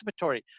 participatory